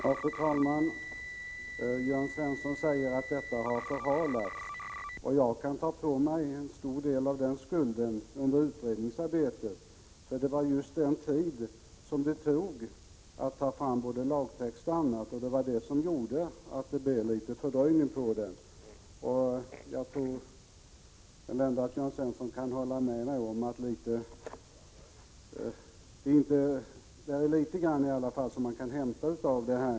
Fru talman! Jörn Svensson säger att den här frågan har förhalats, och jag kan ta på mig en stor del av skulden för det under utredningsarbetet. Det tog tid att ta fram lagtext och annat, och det medförde en viss fördröjning. Jag tror ändå att Jörn Svensson kan hålla med mig om att det i varje fall finns en del att hämta i utredningen.